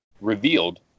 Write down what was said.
revealed